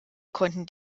konnten